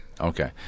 Okay